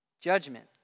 Judgment